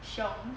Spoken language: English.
凶